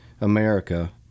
America